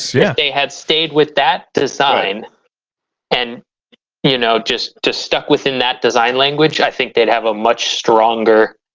yeah they had stayed with that design and you know just just stuck within that design language i think they'd have a much stronger